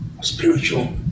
spiritual